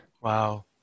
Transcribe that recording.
Wow